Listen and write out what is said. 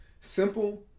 Simple